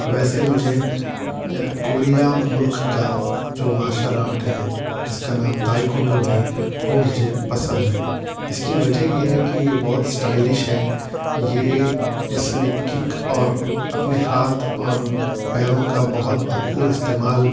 ویسے مجھے کوریا ملک کا جو مارشل آرٹ ہے جس کا نام تائی کنڈو ہے وہ مجھے پسند ہے اس کی وجہ یہ ہے کہ یہ بہت اسٹائلش ہے یہ اس میں کک اور اپنے ہاتھ اور پیروں کا بہت بھرپور استعمال